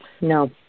No